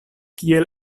kiel